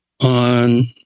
on